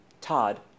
Todd